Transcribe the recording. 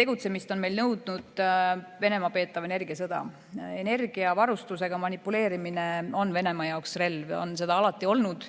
tegutsemist on nõudnud Venemaa peetav energiasõda. Energiavarustusega manipuleerimine on Venemaa jaoks relv, on seda alati olnud,